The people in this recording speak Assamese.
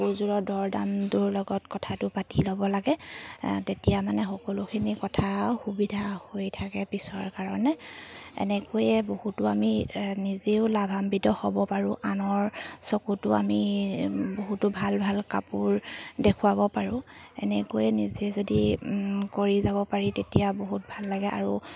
কাপোৰযোৰৰ দৰ দামটোৰ লগত কথাটো পাতি ল'ব লাগে তেতিয়া মানে সকলোখিনি কথা সুবিধা হৈ থাকে পিছৰ কাৰণে এনেকৈয়ে বহুতো আমি নিজেও লাভাম্বিত হ'ব পাৰোঁ আনৰ চকুতো আমি বহুতো ভাল ভাল কাপোৰ দেখুৱাব পাৰোঁ এনেকৈয়ে নিজে যদি কৰি যাব পাৰি তেতিয়া বহুত ভাল লাগে আৰু